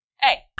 Hey